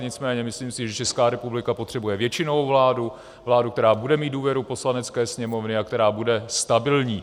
Nicméně si myslím, že Česká republika potřebuje většinovou vládu, vládu, která bude mít důvěru Poslanecké sněmovny a která bude stabilní.